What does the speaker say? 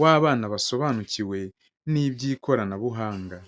w'abana basobanukiwe n'iby'ikoranabuhanga.